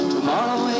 Tomorrow